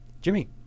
Jimmy